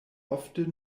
ofte